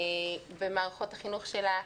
במערכות החינוך שלה,